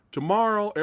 Tomorrow